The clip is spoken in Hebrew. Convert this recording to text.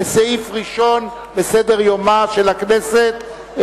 כסעיף ראשון בסדר-יומה של הכנסת,